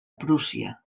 prússia